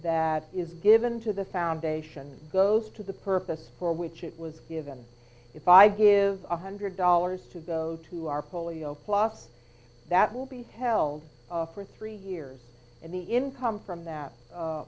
that is given to the foundation goes to the purpose for which it was given if i give one hundred dollars to go to our polio plus that will be held for three years and the income from that